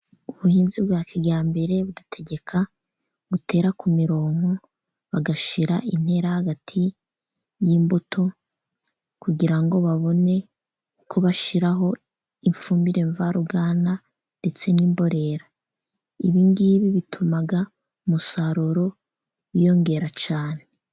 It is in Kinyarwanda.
Ubuhinzi bwa kijyambere butegeka gutera ku mirongo bagashira intera hagati y' imbuto, kugira ngo babone uko bashiraho imfumire mvaruganda, ndetse n' imborera, ibi ngibi bituma umusaruro wiyongera cyane.